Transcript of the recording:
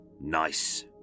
nice